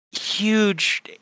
huge